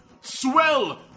Swell